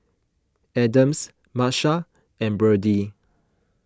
Adams Marsha and Birdie